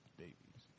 babies